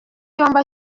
yombi